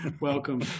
welcome